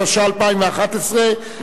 התשע"א 2011,